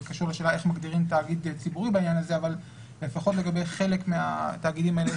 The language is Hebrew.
זה קשור לשאלה איך מגדירים תאגיד ציבורי בעניין הזה מהתאגידים האלה,